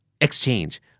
Exchange